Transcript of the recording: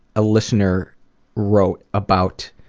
a listener wrote about.